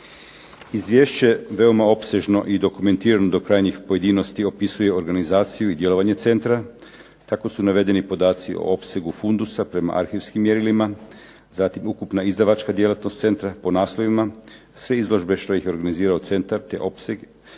Izvješće je veoma opsežno i dokumentirano do krajnjih pojedinosti opisuje organizaciju i djelovanje centra. Tako su navedeni podaci o opsegu fundusa prema arhivskim mjerilima, zatim ukupna izdavačka djelatnost centra po naslovima, sve izložbe što ih je organizirao centar te opseg